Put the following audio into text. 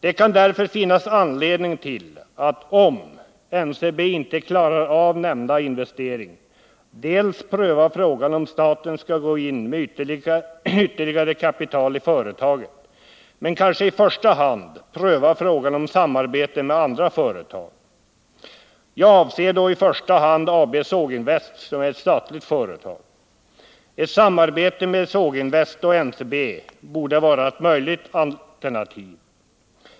Det kan därför finnas anledning, om NCB inte klarar av nämnda investering, att pröva frågan om staten skall gå in med ytterligare kapital i företaget, men kanske i första hand pröva frågan om samarbete med andra företag. Jag avser då i första hand AB Såginvest, som är ett statligt företag. Ett samarbete mellan Såginvest och NCB borde vara ett möjligt alternativ.